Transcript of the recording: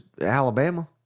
Alabama